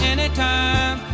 Anytime